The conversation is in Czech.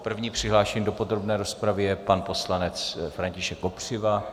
První přihlášený do podrobné rozpravy je pan poslanec František Kopřiva.